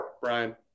Brian